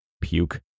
Puke